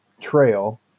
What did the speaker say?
trail